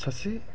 सासे